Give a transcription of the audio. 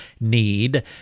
need